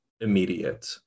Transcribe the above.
immediate